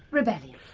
rebellion?